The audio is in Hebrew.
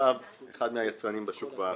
אחד מהיצרנים בשוק בארץ.